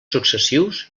successius